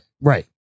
Right